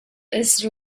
his